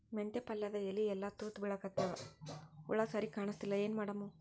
ಮೆಂತೆ ಪಲ್ಯಾದ ಎಲಿ ಎಲ್ಲಾ ತೂತ ಬಿಳಿಕತ್ತಾವ, ಹುಳ ಸರಿಗ ಕಾಣಸ್ತಿಲ್ಲ, ಏನ ಮಾಡಮು?